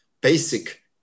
basic